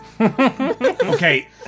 Okay